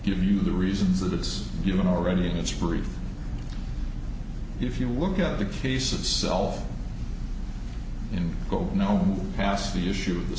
give you the reasons that it's given already and it's free if you look at the case itself go home past the issue of the